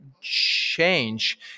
change